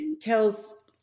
tells